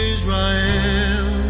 Israel